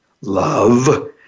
love